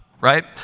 right